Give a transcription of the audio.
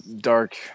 dark